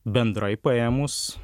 bendrai paėmus